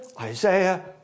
Isaiah